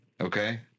okay